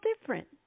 different